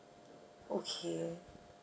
okay